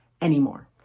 anymore